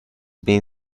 been